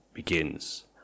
begins